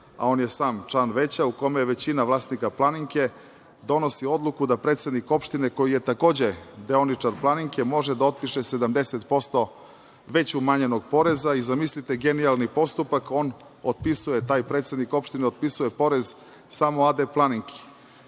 a on je sam član veća, u kome je većina vlasnika „Planinke“, donosi odluku da predsednik opštine, koji je takođe deoničar „Planinke“, može da otpiše 70% već umanjenog poreza i, zamislite genijalni postupak, on otpisuje, taj predsednik opštine, otpisuje porez samo AD „Planinki“.